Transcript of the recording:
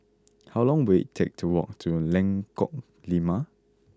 how long will it take to walk to Lengkok Lima